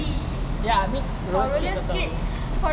ya I mean roller skate also